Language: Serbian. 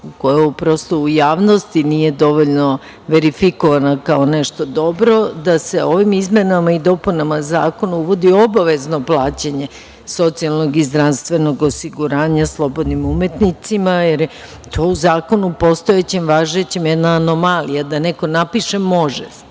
koja prosto u javnosti nije dovoljno verifikovana kao nešto dobro, da se ovim izmenama i dopunama zakona uvodi obavezno plaćanje socijalnog i zdravstvenog osiguranja slobodnim umetnicima, jer je to u zakonu postojećem, važećem jedna anomalija, da neko napiše – možeš